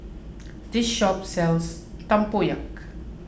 this shop sells Tempoyak